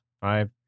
Five